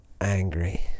angry